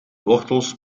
wortels